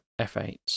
F8